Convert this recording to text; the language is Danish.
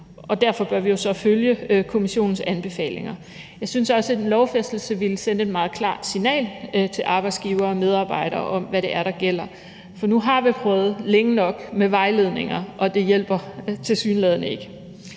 og derfor bør vi jo så følge kommissionens anbefalinger. Jeg synes også, at en lovfæstelse ville sende et meget klart signal til arbejdsgivere og medarbejdere om, hvad det er, der gælder, for nu har vi prøvet længe nok med vejledninger, og det hjælper tilsyneladende ikke.